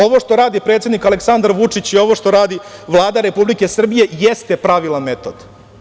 Ovo što radi predsednik Aleksandar Vučić i ovo što radi Vlada Republike Srbije jeste pravilan metod.